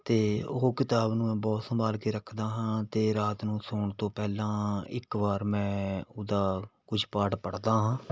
ਅਤੇ ਉਹ ਕਿਤਾਬ ਨੂੰ ਮੈਂ ਬਹੁਤ ਸੰਭਾਲ ਕੇ ਰੱਖਦਾ ਹਾਂ ਅਤੇ ਰਾਤ ਨੂੰ ਸੌਣ ਤੋਂ ਪਹਿਲਾਂ ਇੱਕ ਵਾਰ ਮੈਂ ਉਹਦਾ ਕੁਛ ਪਾਟ ਪੜ੍ਹਦਾ ਹਾਂ